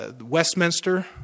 Westminster